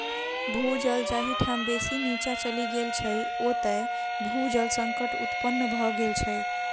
भू जल जाहि ठाम बेसी नीचाँ चलि गेल छै, ओतय भू जल संकट उत्पन्न भ गेल छै